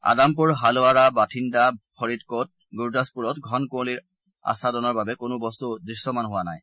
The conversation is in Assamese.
আদামপুৰ হালোৱাৰা বাথিনডা ফৰিডকট গুৰদাসপুৰত ঘন কুঁৱলীৰ আশ্বাদনৰ বাবে কোনো বস্তু দৃশ্যমান হোৱা নাই